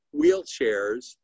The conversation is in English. wheelchairs